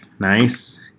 Nice